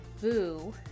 boo